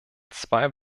zwei